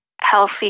healthy